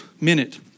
minute